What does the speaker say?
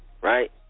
right